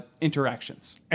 interactions